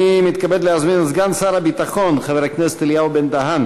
אני מתכבד להזמין את סגן שר הביטחון חבר הכנסת אליהו בן-דהן